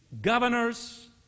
governors